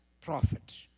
prophet